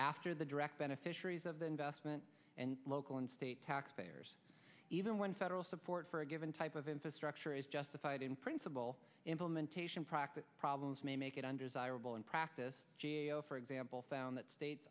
after the direct beneficiaries of the investment and local and state tax payers even when federal support for a given type of infrastructure is justified in principle implementation practical problems may make it undesirable in practice for example found that states